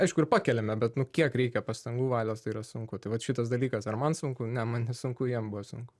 aišku ir pakeliame bet nu kiek reikia pastangų valios tai yra sunku tai vat šitas dalykas ar man sunku ne man nesunku jiem buvo sunku